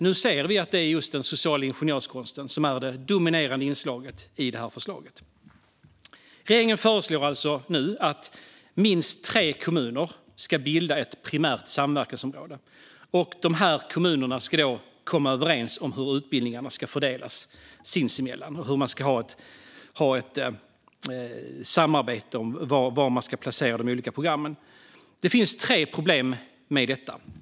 Nu ser vi dock att det är just den sociala ingenjörskonsten som är det dominerande inslaget i förslaget. Regeringen föreslår alltså nu att minst tre kommuner ska bilda ett primärt samverkansområde. Dessa kommuner ska sinsemellan komma överens om hur utbildningarna ska fördelas mellan dem, hur de ska samarbeta och var de ska placera de olika programmen. Det finns tre problem med detta.